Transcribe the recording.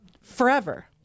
forever